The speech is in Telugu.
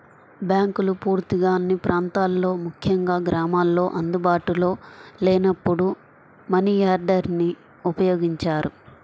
బ్యాంకులు పూర్తిగా అన్ని ప్రాంతాల్లో ముఖ్యంగా గ్రామాల్లో అందుబాటులో లేనప్పుడు మనియార్డర్ని ఉపయోగించారు